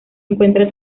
encuentra